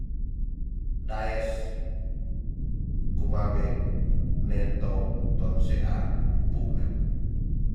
Daes kumaweng netou tonsea puna.